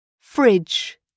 Fridge